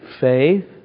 faith